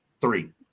Three